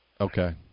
Okay